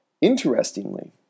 Interestingly